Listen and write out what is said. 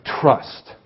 trust